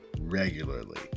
regularly